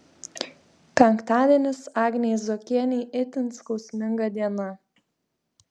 penktadienis agnei zuokienei itin skausminga diena